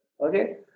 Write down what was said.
Okay